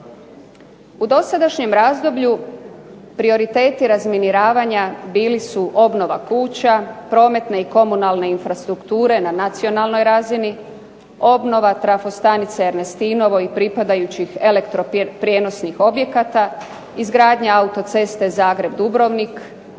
U dosadašnjem razdoblju prioriteti razminiravanja bili su obnova kuća, prometne i komunalne infrastrukture na nacionalnoj razini, obnova trafostanice Ernestinovo i pripadajući elektroprijenosnih objekata, izgradnja autoceste Zagreb-Dubrovnik,